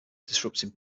disrupting